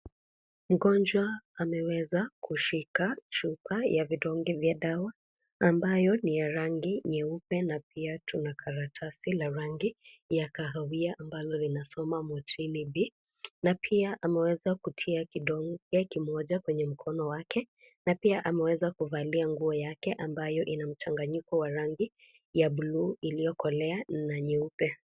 Mgonjwa, ameweza, kushila, chupa, ya vidonge vya dawa, ambayo ni ya rangi nyeupe, na pia kuna karatasi, ya rangi ya kahawia ambalo linasoma motiliB, na pia, ameweza kutia kudonge kimoja kwenye mkono wake, na pia ameweza kuvalia nguo yake, ambayo ina mchanganyiko wa rangi, ya (cs)blue(cs), iliyokolea na nyeupe.